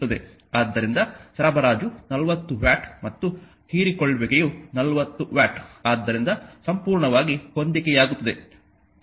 ಆದ್ದರಿಂದ ಸರಬರಾಜು 40 ವ್ಯಾಟ್ ಮತ್ತು ಹೀರಿಕೊಳ್ಳುವಿಕೆಯು 40 ವ್ಯಾಟ್ ಆದ್ದರಿಂದ ಸಂಪೂರ್ಣವಾಗಿ ಹೊಂದಿಕೆಯಾಗುತ್ತದೆ